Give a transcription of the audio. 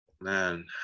Man